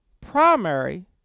primary